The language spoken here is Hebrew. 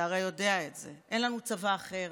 אתה הרי יודע את זה, אין לנו צבא אחר.